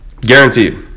Guaranteed